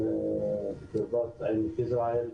שבקרבת עמק יזרעאל,